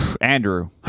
Andrew